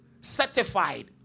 certified